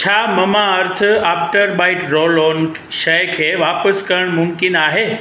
छा Mamaearth after bite roll on शइ खे वापिसि करण मुमकिन आहे